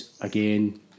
again